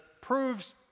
proves